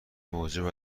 موجب